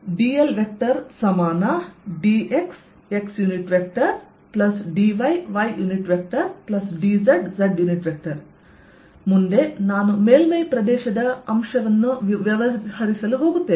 dldxxdyydzz ಮುಂದೆ ನಾನು ಮೇಲ್ಮೈ ಪ್ರದೇಶದ ಅಂಶವನ್ನು ವ್ಯವಹರಿಸಲು ಹೋಗುತ್ತೇನೆ